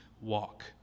walk